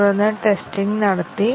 തുടർന്ന് ടെസ്റ്റിങ് നടത്തി